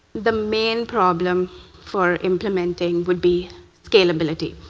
the main problem for implementing would be scalability.